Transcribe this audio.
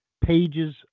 pages